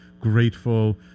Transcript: grateful